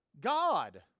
God